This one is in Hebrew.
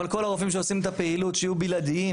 אבל כל הרופאים שעושים את הפעילות שיהיו בלעדיים